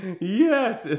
Yes